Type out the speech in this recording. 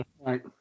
right